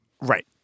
Right